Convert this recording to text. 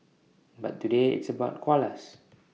but today it's about koalas